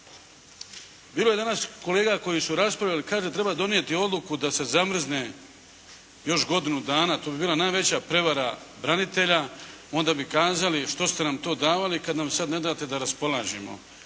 Bilo je danas kolega koji su raspravljali kada treba donijeti odluku da se zamrzne još godinu dana. To bi bila najveća prevara branitelja. Onda bi kazali što ste nam to davali, kad nam sad ne date da raspolažemo.